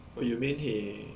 oh you mean he